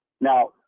Now